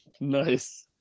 Nice